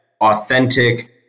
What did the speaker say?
authentic